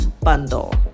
bundle